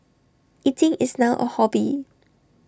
eating is now A hobby